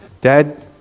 Dad